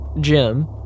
Jim